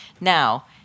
Now